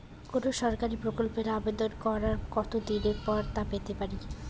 কোনো সরকারি প্রকল্পের আবেদন করার কত দিন পর তা পেতে পারি?